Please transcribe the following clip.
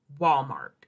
Walmart